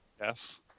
Yes